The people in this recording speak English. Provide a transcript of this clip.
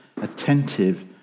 attentive